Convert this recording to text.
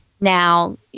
Now